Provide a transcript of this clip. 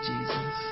Jesus